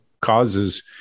causes